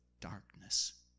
darkness